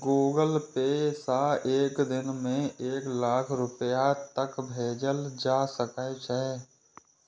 Google Pay सं एक दिन मे एक लाख रुपैया तक भेजल जा सकै छै